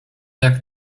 jak